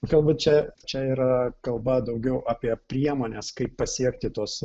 galbūt čia čia yra kalba daugiau apie priemones kaip pasiekti tuos